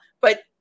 But-